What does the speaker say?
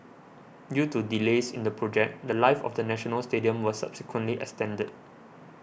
due to delays in the project the Life of the National Stadium was subsequently extended